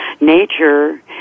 nature